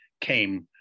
came